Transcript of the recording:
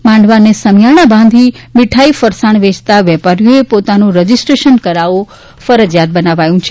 માંડવા અને સમિયાણા બાંધી મીઠાઇ ફરસાણ વેચતા વેપારીએ પોતાનું રજીસ્ટ્રેશન કરાવવું ફરજીયાત બનાવાયું છે